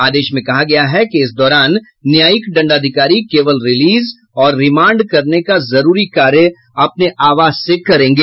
आदेश में कहा गया है कि इस दौरान न्यायायिक दंडाधिकारी केवल रिलिज और रिमांड करने का जरूरी कार्य अपने आवास से करेंगे